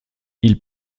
ils